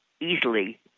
easily